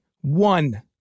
one